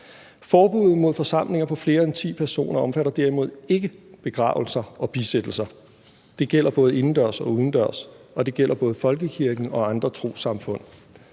Forbuddet mod forsamlinger på flere end ti personer omfatter derimod ikke begravelser og bisættelser; det gælder både indendørs og udendørs, og det gælder både folkekirken og andre trossamfund.